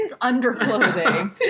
underclothing